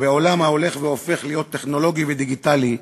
ובעולם ההולך והופך להיות טכנולוגי ודיגיטלי,